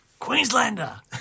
Queenslander